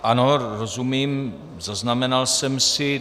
Ano, rozumím, zaznamenal jsem si.